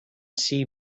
see